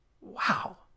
wow